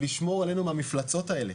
לשמור עלינו מהמפלצות האלה.